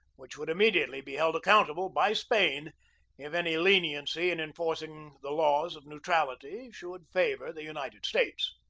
which would immediately be held accountable by spain if any leniency in enforcing the laws of neu trality should favor the united states.